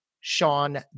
Sean